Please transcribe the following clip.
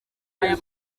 aya